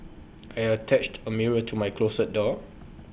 I attached A mirror to my closet door